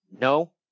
No